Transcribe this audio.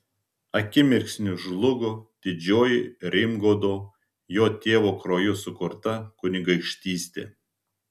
akimirksniu žlugo didžioji rimgaudo jo tėvo krauju sukurta kunigaikštystė